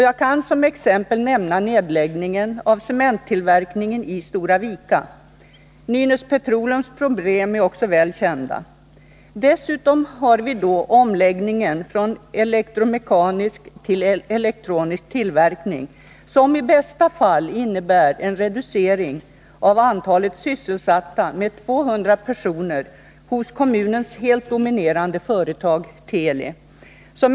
Jag kan som exempel nämna nedläggningen av cementtillverkningen i Stora Vika. Nynäs Petroleums problem är också väl kända. Dessutom har vi då omläggningen från elektromekanisk till elektronisk tillverkning, som i bästa fall innebär en reducering av antalet sysselsatta med 200 personer hos kommunens helt dominerande företag, Teli.